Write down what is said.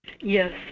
Yes